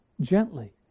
gently